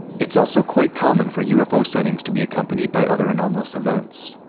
it's also quite common for ufo sightings to be accompanied by other anomalous events.